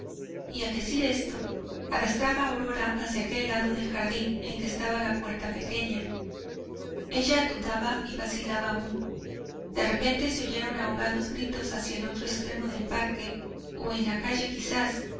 y al decir esto arrastraba a aurora hacia aquel lado del jardín en que estaba la puerta pequeña ella dudaba y vacilaba aún de repente se oyeron ahogados gritos hacia el otro extremo del parque o en la calle quizás